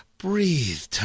Breathe